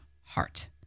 heart